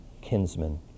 kinsman